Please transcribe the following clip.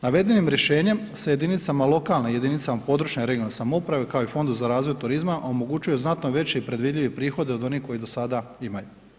Navedenim rješenjem se jedinicama lokalne, jedinicama područne (regionalne) samouprave kao i fondu za razvoj turizma omogućuje znatno veći i predvidljivi prihodi od onih koje do sada imaju.